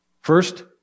First